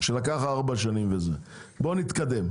בוא נתקדם.